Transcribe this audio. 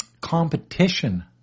competition